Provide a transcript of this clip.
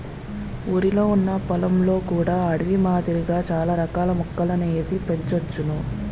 ఊరిలొ ఉన్న పొలంలో కూడా అడవి మాదిరిగా చాల రకాల మొక్కలని ఏసి పెంచోచ్చును